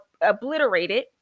obliterated